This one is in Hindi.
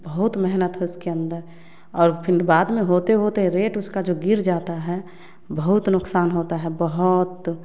बहुत मेहनत हैं उसके अंदर और फिर बाद में होते होते रेट उसका जो गिर जाता हैं बहुत नुकसान होता हैं बहुत